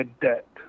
debt